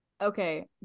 okay